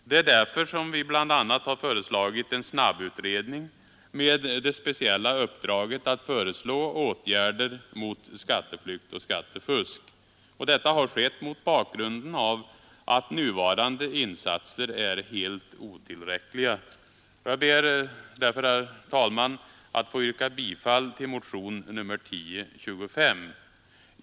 Det är därför som vi bl.a. har föreslagit en snabbutredning med det speciella uppdraget att föreslå åtgärder mot skatteflykt och skattefusk. Detta har skett mot bakgrunden av att nuvarande insatser är helt otillräckliga. Herr talman! Jag ber därför att få yrka bifall till motionen 1025.